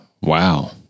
Wow